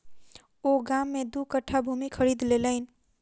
ओ गाम में दू कट्ठा भूमि खरीद लेलैन